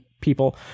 people